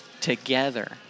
together